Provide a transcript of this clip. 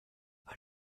out